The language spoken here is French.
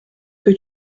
que